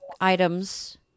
items